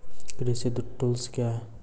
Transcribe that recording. कृषि टुल्स क्या हैं?